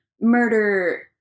murder